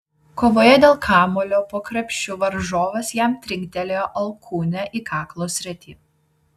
kovoje dėl kamuolio po krepšiu varžovas jam trinktelėjo alkūne į kaklo sritį